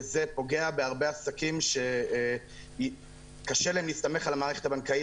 וזה פוגע בהרבה עסקים שקשה להם להסתמך על המערכת הבנקאית